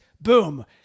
boom